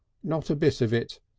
not a bit of it.